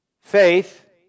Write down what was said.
Faith